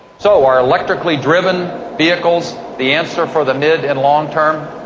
so, are electrically-driven vehicles, the answer for the mid and long-term?